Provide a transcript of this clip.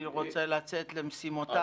אני רוצה לצאת למשימותיי.